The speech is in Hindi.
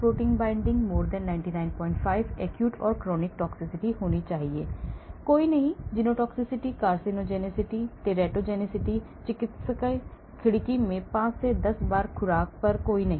plasma protein binding 995 acute और chronic toxicity होनी चाहिए कोई नहीं जीनोटॉक्सिसिटी कार्सिनोजेनेसिस टेराटोजेनिसिटी चिकित्सीय खिड़की से 5 से 10 बार खुराक पर कोई नहीं